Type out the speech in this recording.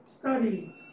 study